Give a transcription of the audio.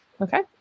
Okay